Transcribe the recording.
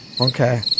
okay